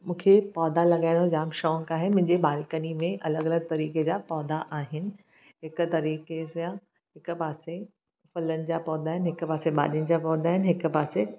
मूंखे पौधा लॻाइण जो जामु शौक़ु आहे मुंहिंजे बालकनी में अलॻि अलॻि तरीक़े जा पौधा आहिनि हिकु तरीक़े सां हिकु पासे फलनि जा पौधा आहिनि हिकु पासे भाॼियुनि जा आहिनि हिकु पासे